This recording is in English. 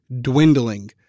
dwindling